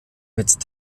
mit